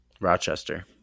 Rochester